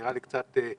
זה נראה לי קצת הזוי,